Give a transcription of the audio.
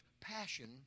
passion